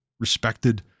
respected